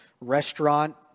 restaurant